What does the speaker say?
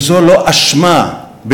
אם זו לא האשמה בשחיתות,